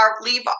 leave